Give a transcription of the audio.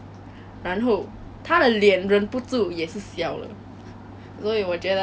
my favourite teacher was my bio teacher 她的名字叫 miss lee